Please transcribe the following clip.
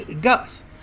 Gus